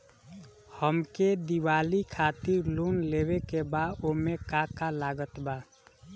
हमके दिवाली खातिर लोन लेवे के बा ओमे का का लागत बा?